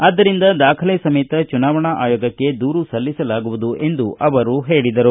ಆದ್ದರಿಂದ ದಾಖಲೆ ಸಮೇತ ಚುನಾವಣಾ ಅಯೋಗಕ್ಕೆ ದೂರು ಸಲ್ಲಿಸಲಾಗುವುದು ಎಂದು ಅವರು ಹೇಳಿದರು